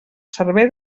servei